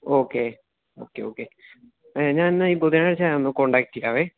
okay okay okay ഞാനെന്നാല് ഈ ബുധനാഴ്ച്ച ഞാൻ ഒന്ന് കോൺടാക്റ്റ് ചെയ്യാം